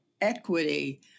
equity